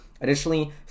Additionally